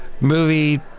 Movie